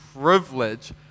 privilege